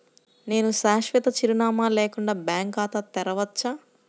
నేను శాశ్వత చిరునామా లేకుండా బ్యాంక్ ఖాతా తెరవచ్చా?